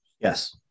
Yes